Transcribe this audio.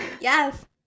Yes